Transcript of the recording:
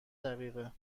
دقیقه